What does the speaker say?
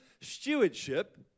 stewardship –